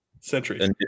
centuries